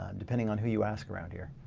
um depending on who you ask around here.